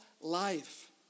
life